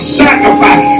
sacrifice